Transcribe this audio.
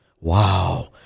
wow